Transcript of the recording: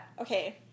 okay